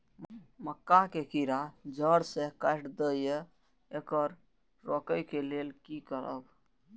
मक्का के कीरा जड़ से काट देय ईय येकर रोके लेल की करब?